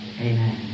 Amen